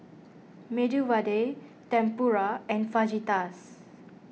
Medu Vada Tempura and Fajitas